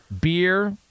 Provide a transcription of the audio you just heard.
beer